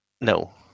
No